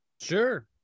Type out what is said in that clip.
sure